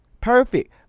perfect